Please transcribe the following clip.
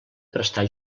prestar